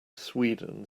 sweden